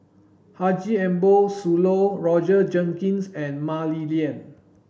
Haji Ambo Sooloh Roger Jenkins and Mah Li Lian